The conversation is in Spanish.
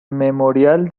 memorial